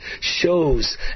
shows